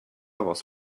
was